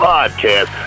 Podcast